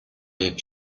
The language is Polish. jak